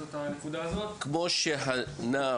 כזו או אחרת או דיווחו על הפרה שכל שהיא של הזכויות שלהם.